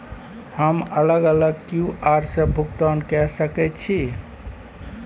हम अलग अलग क्यू.आर से भुगतान कय सके छि?